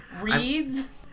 Reads